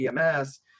EMS